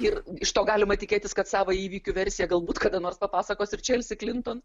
ir iš to galima tikėtis kad savą įvykių versiją galbūt kada nors papasakos ir čelsi klinton